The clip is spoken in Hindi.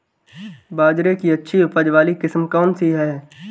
बाजरे की अच्छी उपज वाली किस्म कौनसी है?